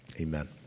Amen